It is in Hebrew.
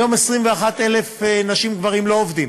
היום 21,000 נשים וגברים לא עובדים.